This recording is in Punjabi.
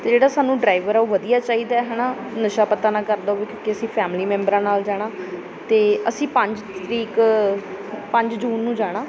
ਅਤੇ ਜਿਹੜਾ ਸਾਨੂੰ ਡਰਾਈਵਰ ਉਹ ਵਧੀਆ ਚਾਹੀਦਾ ਹੈ ਨਾ ਨਸ਼ਾ ਪੱਤਾ ਨਾ ਕਰਦਾ ਹੋਵੇ ਕਿਉਂਕਿ ਅਸੀਂ ਫੈਮਲੀ ਮੈਂਬਰਾਂ ਨਾਲ ਜਾਣਾ ਅਤੇ ਅਸੀਂ ਪੰਜ ਤਰੀਕ ਪੰਜ ਜੂਨ ਨੂੰ ਜਾਣਾ